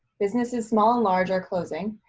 businesses small and large are closing.